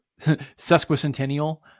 sesquicentennial